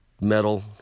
metal